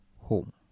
home